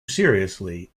seriously